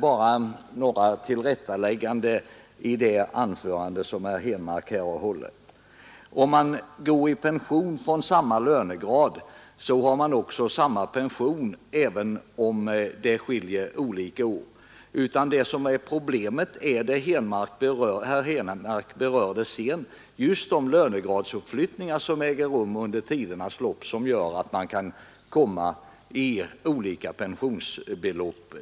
Bara några tillrättalägganden efter det anförande som herr Henmark här har hållit. Om man går i pension från samma lönegrad har man också samma pension, även om det är fråga om olika år. Det som är problemet är vad herr Henmark berörde sedan, nämligen de lönegradsuppflyttningar som äger rum under tidernas lopp och som gör att man hamnar på olika pensionsbelopp.